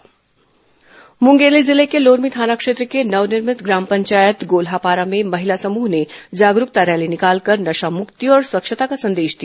मुंगेली नशामक्ति रैली मुँगेली जिले ँ के लोरमी थाना क्षेत्र के नवनिर्भित ग्राम पंचायत गोल्हापारा में महिला समूह ने जागरूकता रैली निकालकर नशामुक्ति और स्वच्छता का संदेश दिया